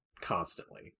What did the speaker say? constantly